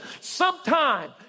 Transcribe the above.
sometime